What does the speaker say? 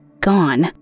gone